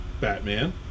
Batman